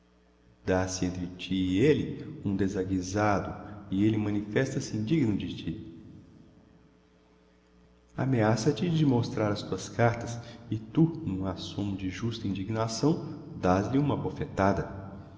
entre ti e elle um desaguizado e elle manifesta-se indigno de ti ameaça te de mostrar as tuas cartas e tu num assômo de justa indignação dás-lhe uma bofetada